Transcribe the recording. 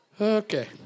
Okay